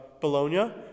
Bologna